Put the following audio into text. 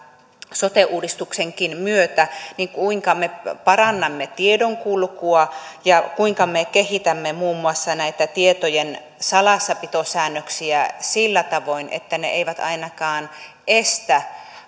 sote uudistuksenkin myötä kuinka me parannamme tiedonkulkua ja kuinka me kehitämme muun muassa näitä tietojen salassapitosäännöksiä sillä tavoin että ne eivät ainakaan estä